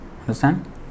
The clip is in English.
understand